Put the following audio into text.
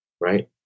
right